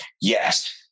Yes